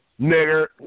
Nigger